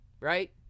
right